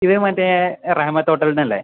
ഇത് മറ്റെ റഹ്മത്ത് ഹോട്ടൽ തന്നെ അല്ലെ